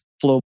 Flow